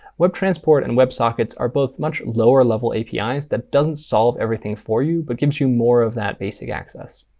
webtransport and websockets are both much lower-level apis that doesn't solve everything for you but gives you more of that basic access.